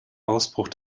ausbruch